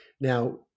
now